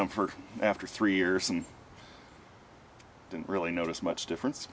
them for after three years and didn't really notice much difference